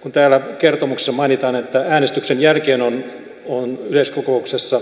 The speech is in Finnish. kun täällä kertomuksessa mainitaan että äänestyksen jälkeen on yleiskokouksessa